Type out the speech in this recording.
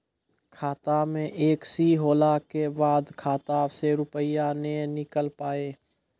खाता मे एकशी होला के बाद खाता से रुपिया ने निकल पाए?